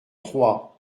trois